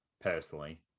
personally